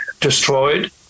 destroyed